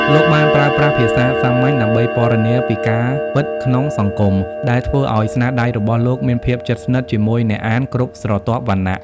លោកបានប្រើប្រាស់ភាសាសាមញ្ញដើម្បីពណ៌នាពីការពិតក្នុងសង្គម ដែលធ្វើឲ្យស្នាដៃរបស់លោកមានភាពជិតស្និទ្ធជាមួយអ្នកអានគ្រប់ស្រទាប់វណ្ណៈ។